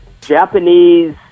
Japanese